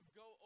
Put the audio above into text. go